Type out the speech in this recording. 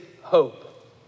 hope